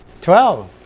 Twelve